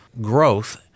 growth